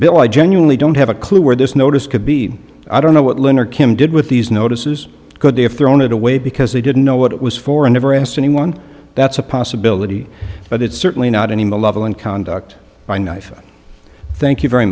bill i genuinely don't have a clue where this notice could be i don't know what lynn or kim did with these notices could they have thrown it away because they didn't know what it was for a never asked anyone that's a possibility but it's certainly not any malevolent conduct by knife thank you very